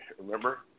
Remember